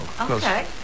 Okay